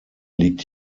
liegt